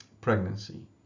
pregnancy